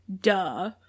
Duh